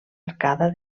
arcada